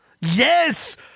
Yes